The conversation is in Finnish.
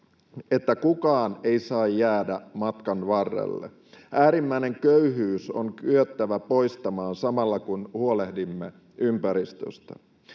että kukaan ei saada jäädä matkan varrelle. Äärimmäinen köyhyys on kyettävä poistamaan samalla, kun huolehdimme ympäristöstä.